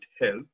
help